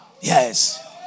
Yes